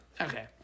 Okay